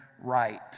right